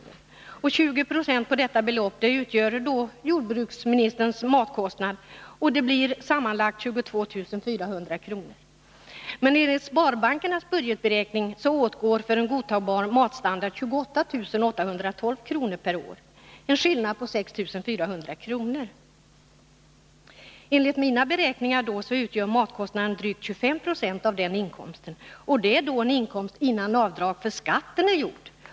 20 20 av detta belopp utgör enligt jordbruksministern matkostnad, och det blir 22 400 kr. Men enligt sparbankernas budgetberäkning åtgår för en godtagbar matstandard 28 812 kr. per år. Det är en skillnad på ca 6 400 kr. Enligt mina beräkningar utgör matkostnaden drygt 25 96 av inkomsten — och det är en inkomst innan avdrag för skatten har gjorts.